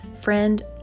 Friend